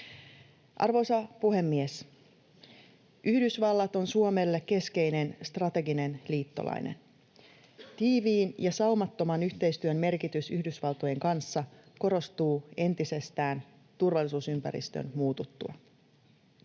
Arvoisa puhemies! Yhdysvallat on Suomelle keskeinen strateginen liittolainen. Tiiviin ja saumattoman yhteistyön merkitys Yhdysvaltojen kanssa korostuu entisestään turvallisuusympäristön muututtua.